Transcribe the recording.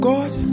God